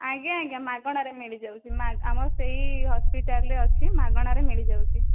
ଆଜ୍ଞା ଆଜ୍ଞା ମାଗଣାରେ ମିଳି ଯାଉଛି ଆମର ସେହି ହସ୍ପିଟାଲରେ ଅଛି ମାଗଣାରେ ମିଳି ଯାଉଛି